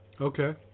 Okay